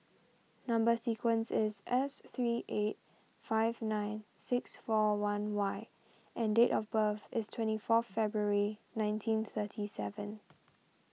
Number Sequence is S three eight five nine six four one Y and date of birth is twenty four February nineteen thirty seven